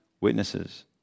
witnesses